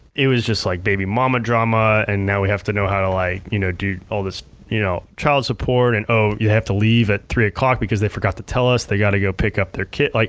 it was just like baby mama drama, and now we have to know how to like you know do all this you know child support and you have to leave at three o'clock because they forgot to tell us they gotta go pick up their kid. like